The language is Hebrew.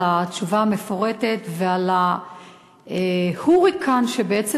על התשובה המפורטת ועל ההוריקן שבעצם